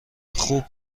خوب